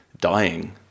dying